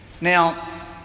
Now